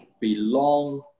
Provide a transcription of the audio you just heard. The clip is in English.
belong